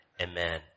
Amen